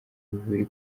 mubiri